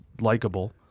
likable